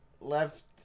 left